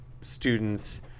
students